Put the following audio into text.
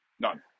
none